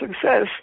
success